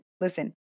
listen